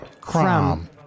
Crom